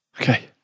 Okay